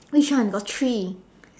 which one got three